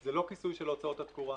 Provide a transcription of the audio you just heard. זה לא כיסוי של הוצאות התקורה.